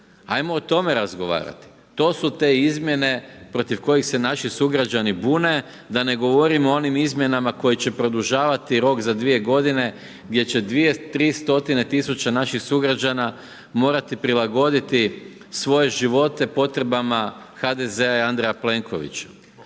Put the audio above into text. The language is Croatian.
Ajmo o tome razgovarati. To su te izmjene protiv kojih se naši sugrađani bune, da ne govorim o onim izmjenama koje će produžavati rok za 2 godine gdje 2, 3 stotine tisuća naših sugrađana morati prilagoditi svoje živote potrebama HDZ-a i Andreja Plenkovića.